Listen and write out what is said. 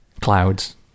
clouds